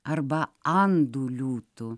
arba andų liūtų